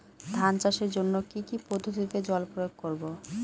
ধান চাষের জন্যে কি কী পদ্ধতিতে জল প্রয়োগ করব?